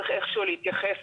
צריך להתייחס